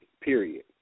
Period